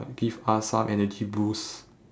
like give us some energy boost